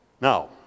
Now